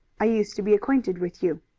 i used to be acquainted with you.